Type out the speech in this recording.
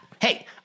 Hey